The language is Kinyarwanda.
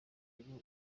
bibiri